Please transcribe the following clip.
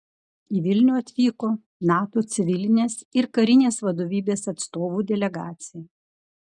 į vilnių atvyko nato civilinės ir karinės vadovybės atstovų delegacija